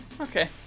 Okay